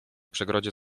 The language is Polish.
przegrodzie